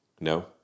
No